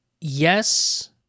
Yes